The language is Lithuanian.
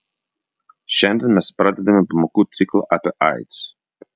šiandien mes pradedame pamokų ciklą apie aids